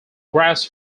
grass